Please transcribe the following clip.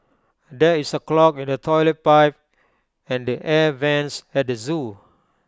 there is A clog in the Toilet Pipe and the air Vents at the Zoo